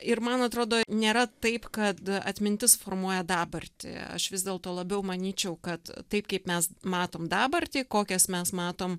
ir man atrodo nėra taip kad atmintis formuoja dabartį aš vis dėlto labiau manyčiau kad taip kaip mes matom dabartį kokias mes matom